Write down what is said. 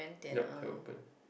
yup they are open